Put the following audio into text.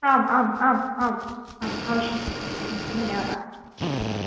आम् आम् आम् आम् आम् अवश्यम् धन्यवादाः हा